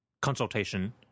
consultation